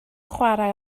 chwarae